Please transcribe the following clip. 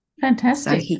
Fantastic